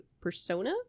persona